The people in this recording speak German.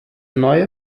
neue